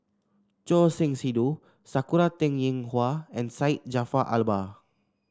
Choor Singh Sidhu Sakura Teng Ying Hua and Syed Jaafar Albar